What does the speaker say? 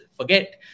forget